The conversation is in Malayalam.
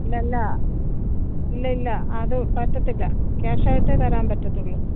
അല്ലല്ല ഇല്ലില്ല അത് പറ്റത്തില്ല ക്യാഷായിട്ടേ തരാന് പറ്റത്തുളളൂ